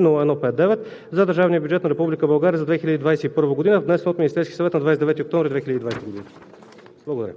002-01-59, за Държавния бюджет на Република България за 2021 г., внесен от Министерския съвет на 29 октомври 2020 г.“ Благодаря.